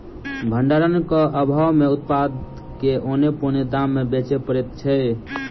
भंडारणक आभाव मे उत्पाद के औने पौने दाम मे बेचय पड़ैत छै